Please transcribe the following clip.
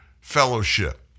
Fellowship